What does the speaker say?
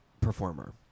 performer